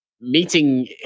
meeting